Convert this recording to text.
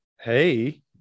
Hey